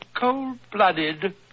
cold-blooded